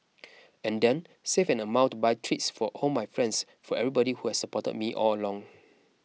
and then save an amount to buy treats for all my friends for everybody who has supported me all long